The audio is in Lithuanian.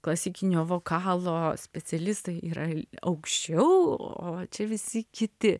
klasikinio vokalo specialistai yra aukščiau o čia visi kiti